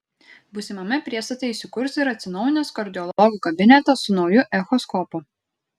būsimame priestate įsikurs ir atsinaujinęs kardiologų kabinetas su nauju echoskopu